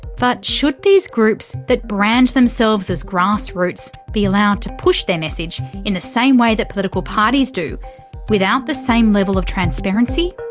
but should these groups that brand themselves as grassroots be allowed to push their message in the same way that political parties do without the same level of transparency?